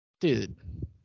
Dude